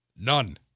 None